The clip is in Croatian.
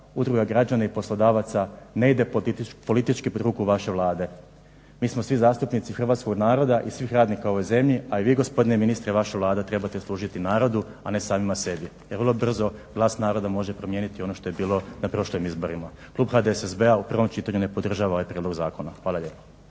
Udruga građana i poslodavaca, ne ide politički pod ruku vaše Vlade. Mi smo svi zastupnici hrvatskog naroda i svih radnika u ovoj zemlji, a i vi gospodine ministre i vaša Vlada trebate služiti narodu, a ne samima sebi. Jer vrlo brzo glas naroda može promijeniti ono što je bilo na prošlim izborima. Klub HDSSB-a u prvom čitanju ne podržava ovaj prijedlog zakona. Hvala lijepa.